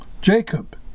Jacob